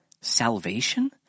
salvation